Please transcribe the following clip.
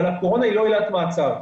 אבל הקורונה היא לא עילת מעצר.